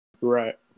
right